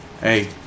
Hey